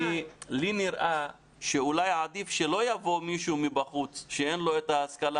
לי נראה שאולי עדיף שלא יבוא מישהו מבחוץ שאין לו את ההשכלה